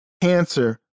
cancer